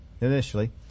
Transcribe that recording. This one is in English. initially